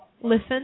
listen